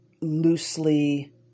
loosely